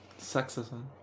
Sexism